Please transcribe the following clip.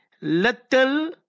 Little